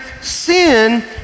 sin